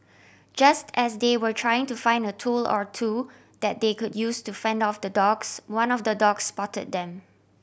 just as they were trying to find a tool or two that they could use to fend off the dogs one of the dogs spot them